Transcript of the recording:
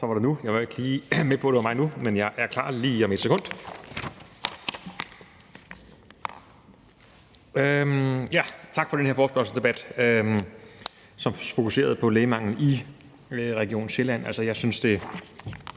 Tak for det. Jeg var ikke lige med på, at det var mig nu, men jeg er klar lige om et sekund. Tak for den her forespørgselsdebat, som fokuserer på lægemanglen i Region Sjælland.